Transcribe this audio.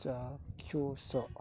ଚାକ୍ଷୁଷ